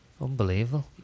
Unbelievable